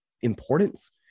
importance